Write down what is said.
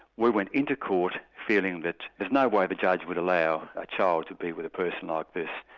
we went into court feeling that there's no way the judge would allow a child to be with a person like this.